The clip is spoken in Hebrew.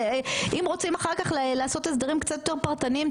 אם רוצים אחר כך לעשות הסדרים קצת יותר פרטניים,